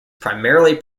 primarily